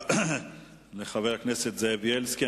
תודה לחבר הכנסת זאב בילסקי.